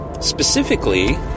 specifically